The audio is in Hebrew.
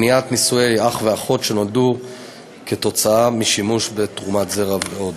מניעת נישואי אח ואחות שנולדו כתוצאה משימוש בתרומת זרע ועוד.